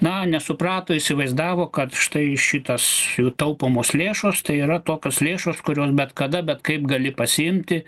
na nesuprato įsivaizdavo kad štai šitas jų taupomos lėšos tai yra tokios lėšos kurios bet kada bet kaip gali pasiimti